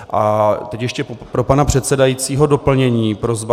A teď ještě pro pana předsedajícího doplnění, prosba.